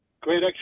Great